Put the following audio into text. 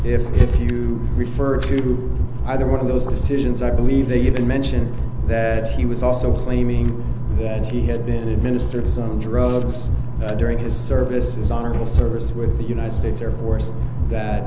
if if you refer to either one of those decisions i believe even mentioned that he was also claiming that he had been administered zones rose during his service is honorable service with the united states or worse that